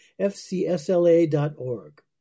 fcsla.org